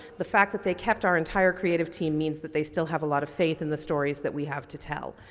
the fact that they kept our entire creative team means that they still have a lot of faith in the stories that we have to tell.